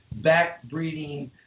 backbreeding